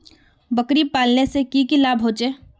बकरी पालने से की की लाभ होचे?